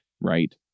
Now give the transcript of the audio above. Right